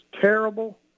terrible